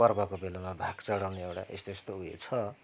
पर्वको बेलामा भाग चढाउने एउटा यस्तो यस्तो उयो छ